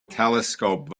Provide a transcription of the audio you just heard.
telescope